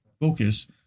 focus